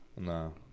No